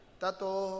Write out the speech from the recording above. tato